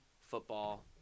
football